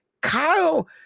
Kyle